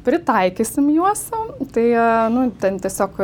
pritaikysim juos sau tai nu ten tiesiog